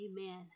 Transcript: Amen